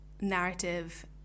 narrative